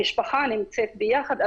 המשפחה נמצאת ביחד,